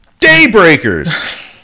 Daybreakers